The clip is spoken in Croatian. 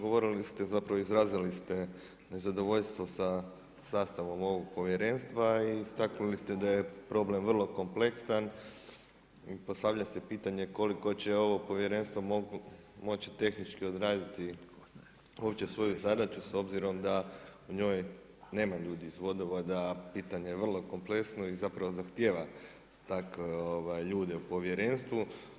Govorili ste zapravo izrazili ste nezadovoljstvo sa sastavom ovog povjerenstva i istaknuli ste da je problem vrlo kompleksan i postavlja se pitanje koliko će ovo povjerenstvo moći tehnički odraditi uopće svoju zadaću s obzirom da u njoj nema ljudi iz vodovoda, a pitanje je vrlo kompleksno i zahtjeva takve ljude u povjerenstvu.